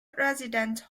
residence